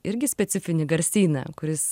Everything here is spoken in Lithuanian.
irgi specifinį garsyną kuris